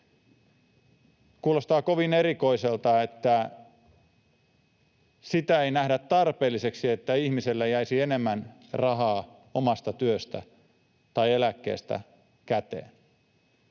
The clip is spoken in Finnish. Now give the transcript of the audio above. Kuulostaa kovin erikoiselta, että sitä ei nähdä tarpeelliseksi, että ihmiselle jäisi enemmän rahaa omasta työstä tai eläkkeestä käteen.